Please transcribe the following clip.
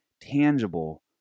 tangible